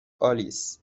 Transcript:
آلیس